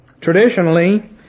Traditionally